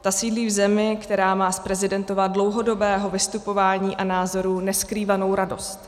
Ta sídlí v zemi, která má z prezidentova dlouhodobého vystupování a názorů neskrývanou radost.